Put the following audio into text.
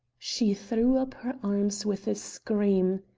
she threw up her arms with a scream.